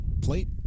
plate